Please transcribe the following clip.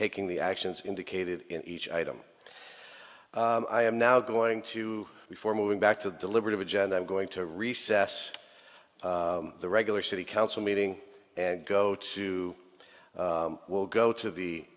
taking the actions indicated in each item i am now going to before moving back to the deliberative agenda i'm going to recess the regular city council meeting and go to will go to the